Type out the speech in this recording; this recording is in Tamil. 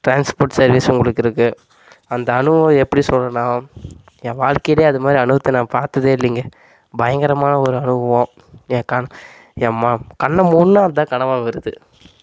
டிரான்ஸ்போர்ட் சர்வீஸ் உங்களுக்கு இருக்குது அந்த அனுபவம் எப்படி சொல்றேன்னா என் வாழ்க்கையில் அதுமாதிரி அனுபவத்தை நான் பார்த்ததே இல்லைங்க பயங்கரமான ஒரு அனுபவம் என் க என் ம கண்ணை மூடினா அதுதான் கனவாக வருது